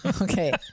okay